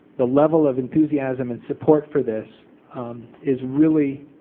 the level of enthusiasm and support for this is really,